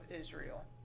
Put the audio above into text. Israel